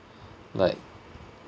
like